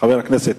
חבר הכנסת